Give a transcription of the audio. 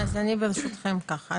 אז אני ברשותכם ככה.